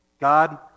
God